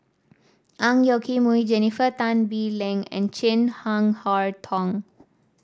Ang Yoke Mooi Jennifer Tan Bee Leng and Chin Harn Tong